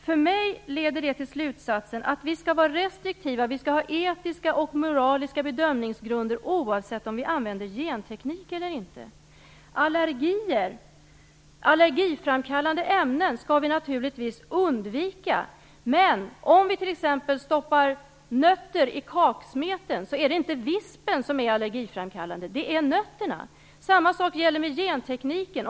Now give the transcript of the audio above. För mig leder det till slutsatsen att vi skall vara restriktiva. Vi skall ha etiska och moraliska bedömningsgrunder oavsett om vi använder genteknik eller inte. Allergiframkallande ämnen skall vi naturligtvis undvika, men om vi t.ex. stoppar nötter i kaksmeten är det inte vispen som är allergiframkallande - det är nötterna. Samma sak gäller med gentekniken.